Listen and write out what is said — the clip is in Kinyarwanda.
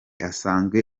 asanzwe